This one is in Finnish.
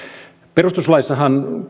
perustuslaissahan